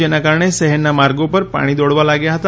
જેના કારણે શહેરના માર્ગો પર પાણી દોડવા લાગ્યા હતા